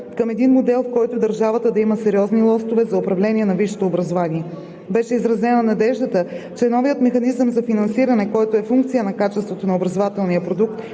към един модел, в който държавата да има сериозни лостове за управление на висшето образование. Беше изразена надеждата, че новият механизъм за финансиране, който е функция на качеството на образователния продукт